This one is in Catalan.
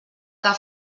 que